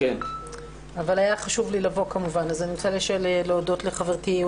היה חשוב לי לבוא ואני רוצה להודות לחברתי,